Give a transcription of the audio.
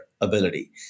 ability